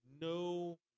no